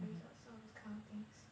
resorts all those kind of things